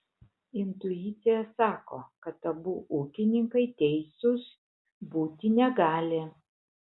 intuicija sako kad abu ūkininkai teisūs būti negali